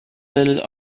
little